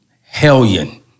hellion